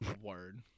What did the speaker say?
Word